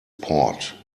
port